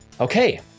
okay